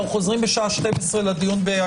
הישיבה ננעלה בשעה 11:37.